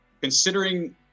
Considering